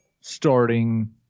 starting